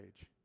age